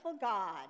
god